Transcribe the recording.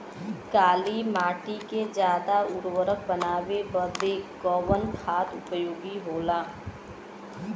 काली माटी के ज्यादा उर्वरक बनावे के बदे कवन खाद उपयोगी होला?